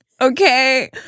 Okay